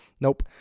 Nope